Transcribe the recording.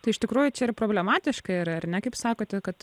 tai iš tikrųjų čia ir problematiška yra ar ne kaip sakote kad